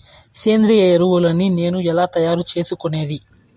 సేంద్రియ ఎరువులని నేను ఎలా తయారు చేసుకునేది?